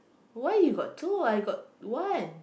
why you got two I got one